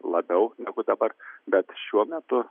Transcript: labiau negu dabar bet šiuo metu